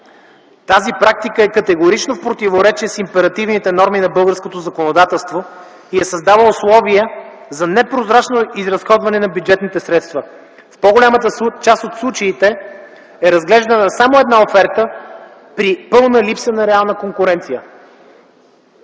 Тази практика е категорично в противоречие с императивните норми на българското законодателство и е създала условия за непрозрачно изразходване на бюджетните средства. В по-голямата част от случаите е разглеждана само една оферта при пълна липса на реална конкуренция.